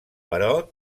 però